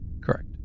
correct